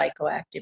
psychoactive